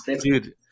Dude